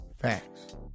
Facts